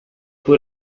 pur